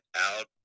out